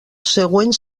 següent